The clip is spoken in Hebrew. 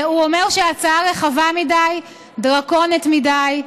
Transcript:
הוא אומר שההצעה רחבה מדי, דרקונית מדי,